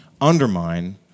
undermine